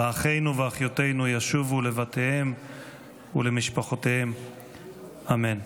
ואחינו ואחיותינו ישובו לבתיהם ולמשפחותיהם, אמן.